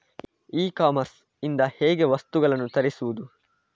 E commerce ಇಂದ ಹೇಗೆ ವಸ್ತುಗಳನ್ನು ತರಿಸುವುದು?